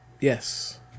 Yes